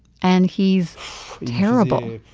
and he's terrible.